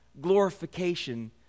glorification